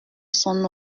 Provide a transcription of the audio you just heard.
son